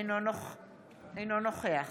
אינו נוכח